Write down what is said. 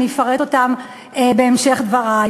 ואני אפרט אותם בהמשך דברי.